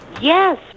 yes